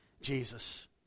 Jesus